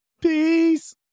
Peace